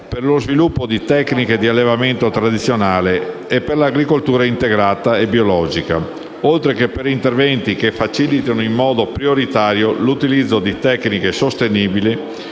per lo sviluppo di tecniche di allevamento tradizionale e per l'agricoltura integrata e biologica, oltre che per interventi che facilitino in modo prioritario l'utilizzo di tecniche sostenibili